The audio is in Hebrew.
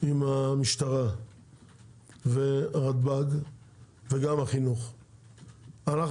עם המשטרה והרלב"ד וגם החינוך וגם המרכז לשלטון מקומי.